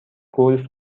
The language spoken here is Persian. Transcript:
گلف